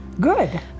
Good